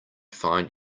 find